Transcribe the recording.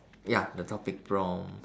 ya the topic prompt